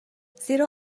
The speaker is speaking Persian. زیرا